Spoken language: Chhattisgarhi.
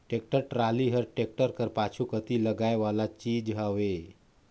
टेक्टर टराली हर टेक्टर कर पाछू कती लगाए वाला चीज हवे